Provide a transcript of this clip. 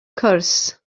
cwrs